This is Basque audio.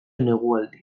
negualdian